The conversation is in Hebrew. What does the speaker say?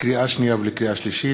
לקריאה שנייה ולקריאה שלישית: